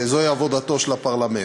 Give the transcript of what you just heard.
זוהי עבודתו של הפרלמנט.